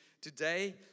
today